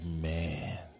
Man